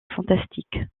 fantastique